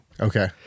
Okay